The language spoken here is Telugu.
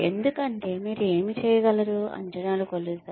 ఎందుకంటే మీరు ఏమి చేయగలిగారు అంచనాలు కొలుస్తాయి